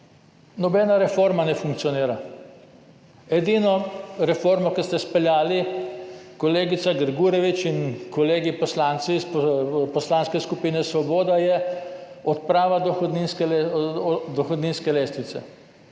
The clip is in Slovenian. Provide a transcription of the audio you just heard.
nobena reforma ne funkcionira. Edina reforma, ki ste jo izpeljali, kolegica Grgurevič in kolegi poslanci iz Poslanske skupine Svoboda, je odprava dohodninske lestvice